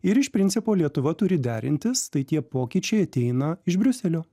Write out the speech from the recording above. ir iš principo lietuva turi derintis tai tie pokyčiai ateina iš briuselio